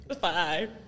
Five